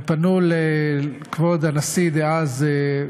ופנו לכבוד הנשיא דאז,